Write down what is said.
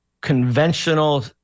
conventional